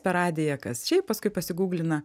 per radiją kas šiaip paskui pasiguglina